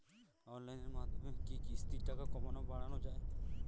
অনলাইনের মাধ্যমে কি কিস্তির টাকা কমানো বাড়ানো যায়?